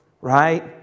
right